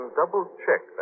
double-check